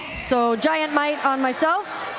so giant might on myself.